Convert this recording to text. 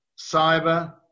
cyber